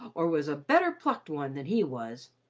or was a better-plucked one than he was.